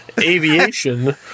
aviation